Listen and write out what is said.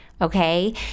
Okay